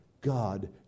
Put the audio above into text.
God